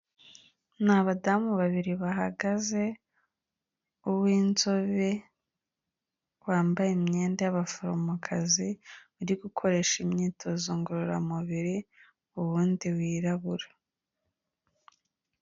Ni abadamu babiri bahagaze uw'inzobe wambaye imyenda y'abaforomokazi ari gukoresha imyitozo ngororamubiri uwundi wirabura.